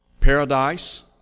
paradise